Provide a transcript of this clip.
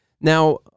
Now